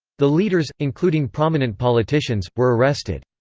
the leaders, including prominent politicians, were arrested.